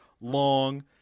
long